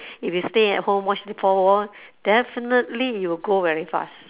if you stay at home watch four wall definitely you will grow old very fast